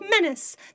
menace